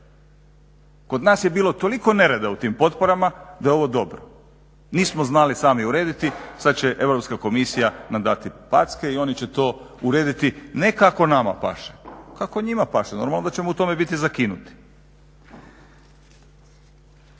kod nas je bilo toliko nereda u tim potporama da je ovo dobro. Nismo znali sami urediti, sad će Europska komisija nam dati packe i oni će to urediti ne kako nama paše, kako njima paše. Normalno da ćemo u tome biti zakinuti.